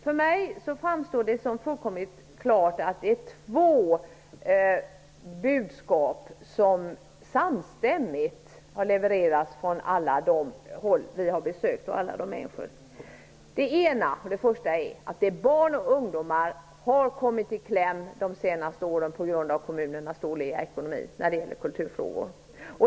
För mig framstår det som fullkomligt klart att det är två budskap som samstämmigt har levererats från alla håll, alltså från alla de människor som vi har besökt. Det första är att barn och ungdomar de senaste åren har kommit i kläm när det gäller kulturfrågor på grund av kommunernas dåliga ekonomi.